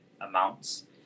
amounts